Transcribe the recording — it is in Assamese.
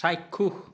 চাক্ষুষ